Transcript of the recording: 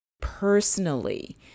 personally